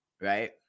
right